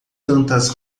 tantas